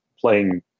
playing